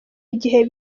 igihe